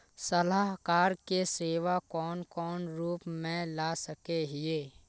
सलाहकार के सेवा कौन कौन रूप में ला सके हिये?